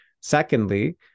Secondly